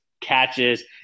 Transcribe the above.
catches